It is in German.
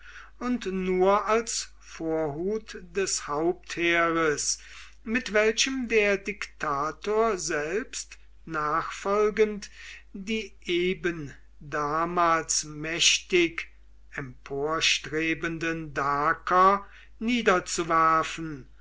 und nur als vorhut des hauptheeres mit welchem der diktator selbst nachfolgend die eben damals mächtig emporstrebenden daker niederzuwerfen